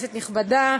כנסת נכבדה,